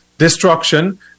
destruction